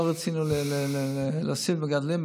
לא רצינו להוסיף מגדלים,